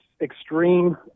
extreme